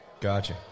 Gotcha